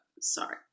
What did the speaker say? Sorry